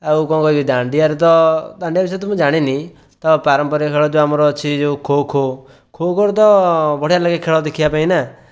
ଆଉ କଣ କହିବି ଦାଣ୍ଡିଆରେ ତ ଦାଣ୍ଡିଆ ବିଷୟରେ ମୁଁ ଜାଣିନି ତ ପାରମ୍ପରିକ ଖେଳ ଯେଉଁ ଆମର ଅଛି ଯେଉଁ ଖୋଖୋ ଖୋଖୋରେ ତ ବଢ଼ିଆ ଲାଗେ ଖେଳ ଦେଖିବା ପାଇଁ ନା